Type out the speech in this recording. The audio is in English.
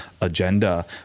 agenda